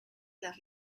las